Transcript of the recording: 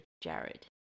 Jared